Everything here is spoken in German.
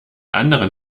anderen